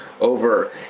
over